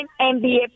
NBA